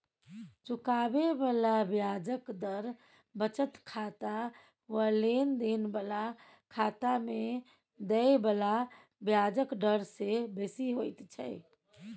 चुकाबे बला ब्याजक दर बचत खाता वा लेन देन बला खाता में देय बला ब्याजक डर से बेसी होइत छै